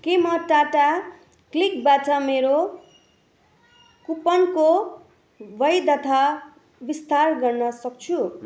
के म टाटा क्लिकबाट मेरो कुपनको वैधता विस्तार गर्न सक्छु